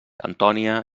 antònia